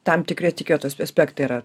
tam tikri etiketo aspektai yra